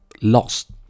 lost